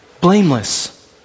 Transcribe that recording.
blameless